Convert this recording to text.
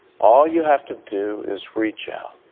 all you have to do is reach out.